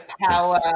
power